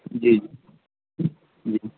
جی جی جی